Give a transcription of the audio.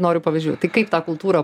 noriu pavyzdžių tai kaip tą kultūrą